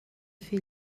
fer